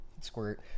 squirt